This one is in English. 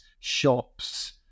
shops